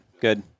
good